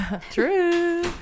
True